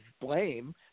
blame